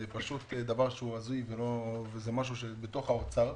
זה דבר הזוי וזה חונה במשרד האוצר,